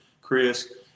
Chris